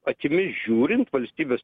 akimis žiūrint valstybės